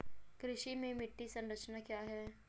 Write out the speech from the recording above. कृषि में मिट्टी की संरचना क्या है?